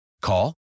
Call